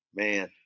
man